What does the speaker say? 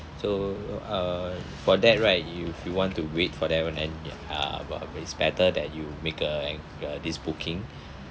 so uh for that right you if you want to wait for that and uh well it's better that you make uh this booking